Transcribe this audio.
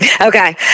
Okay